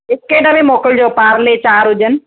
biscuit में मोकिलिजो पार्ले चारि हुजनि